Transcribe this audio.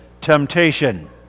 temptation